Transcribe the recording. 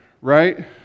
right